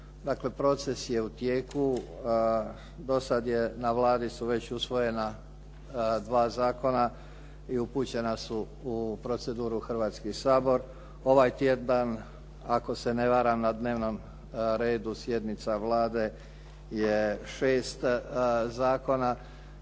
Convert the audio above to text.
proces je u tijeku. Do sad je, na Vladi su već usvojena dva zakona i upućena su u proceduru u Hrvatski sabor. Ovaj tjedan ako se ne varam na dnevnom redu sjednica Vlade je 6 zakona.